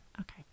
Okay